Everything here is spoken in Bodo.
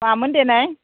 मामोन देनाय